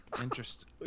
Interesting